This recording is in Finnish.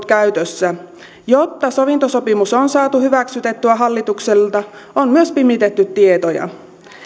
käytössä jotta sovintosopimus on saatu hyväksytettyä hallitukselta on myös pimitetty tietoja